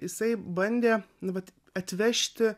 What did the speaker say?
jisai bandė nu vat atvežti